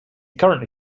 currently